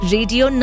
Radio